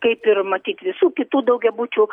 kaip ir matyt visų kitų daugiabučių